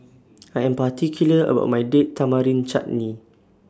I Am particular about My Date Tamarind Chutney